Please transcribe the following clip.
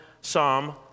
psalm